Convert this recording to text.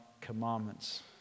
commandments